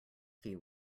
few